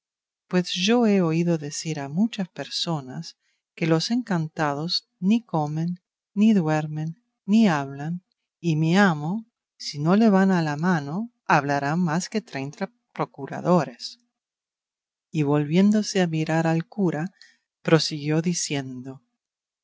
pues yo he oído decir a muchas personas que los encantados ni comen ni duermen ni hablan y mi amo si no le van a la mano hablará más que treinta procuradores y volviéndose a mirar al cura prosiguió diciendo